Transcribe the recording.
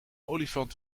olifant